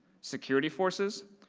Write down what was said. security forces,